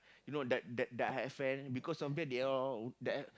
you know die die die hard fan because sometime they all that